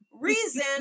reason